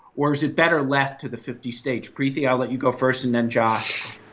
or is it better left to the fifty states, preeti i'll let you go first and then josh.